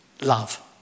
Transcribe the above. love